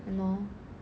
!hannor!